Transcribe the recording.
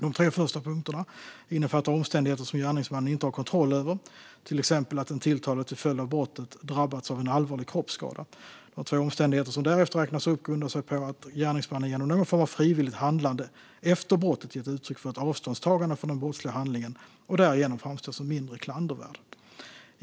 De tre första punkterna innefattar omständigheter som gärningsmannen inte har kontroll över, till exempel att den tilltalade till följd av brottet drabbats av allvarlig kroppsskada. De två omständigheter som därefter räknas upp grundar sig på att gärningsmannen genom någon form av frivilligt handlande efter brottet gett uttryck för ett avståndstagande från den brottsliga handlingen och därigenom framstår som mindre klandervärd.